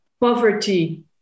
poverty